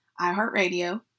iHeartRadio